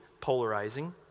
polarizing